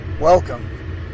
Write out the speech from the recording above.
Welcome